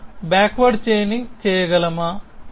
మనము backward chaining చేయగలమా